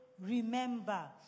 remember